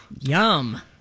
Yum